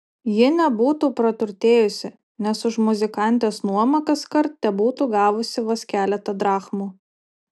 ji nebūtų praturtėjusi nes už muzikantės nuomą kaskart tebūtų gavusi vos keletą drachmų